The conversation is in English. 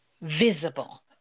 visible